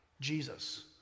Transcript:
Jesus